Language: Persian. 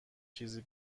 چیزی